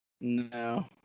no